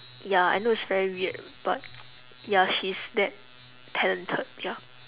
ya I know it's very weird but ya she's that talented ya